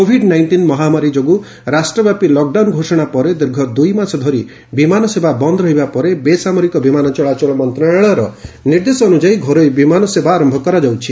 Covid nineteen ମହାମାରୀ ଯୋଗୁଁ ରାଷ୍ଟବ୍ୟାପୀ ଲକ୍ଡାଉନ୍ ଘୋଷଣା ପରେ ଦୀର୍ଘ ଦୂଇ ମାସ ଧରି ବିମାନ ସେବା ବନ୍ଦ୍ ରହିବା ପରେ ବେସାମରିକ ବିମାନ ଚଳାଚଳ ମନ୍ତ୍ରଣାଳୟର ନିର୍ଦ୍ଦେଶ ଅନ୍ତ୍ଯାୟୀ ଘରୋଇ ବିମାନ ସେବା ଆରମ୍ଭ କରାଯାଉଛି